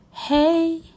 hey